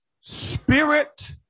spirit